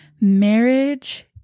Marriage